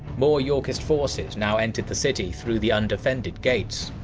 more yorkist forces now entered the city through the undefended gates.